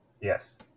Yes